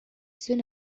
soon